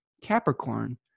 Capricorn